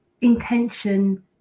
intention